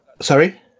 Sorry